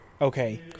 Okay